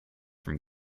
from